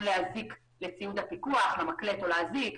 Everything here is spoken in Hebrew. להזיק לציוד הפיקוח למקלט או לאזיק.